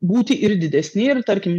būti ir didesni ir tarkim